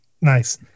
Nice